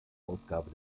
ausgabe